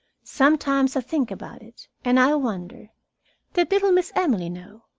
sometimes i think about it, and i wonder did little miss emily know?